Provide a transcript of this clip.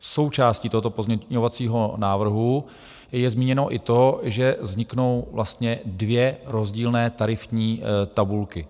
Součástí tohoto pozměňovacího návrhu je zmíněno i to, že vzniknou vlastně dvě rozdílné tarifní tabulky.